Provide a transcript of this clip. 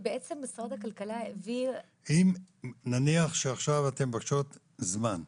כי בעצם משרד הכלכלה העביר --- נניח שעכשיו אתן מבקשות זמן ממני,